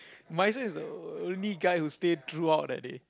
but he say the only guy who stay throughout that day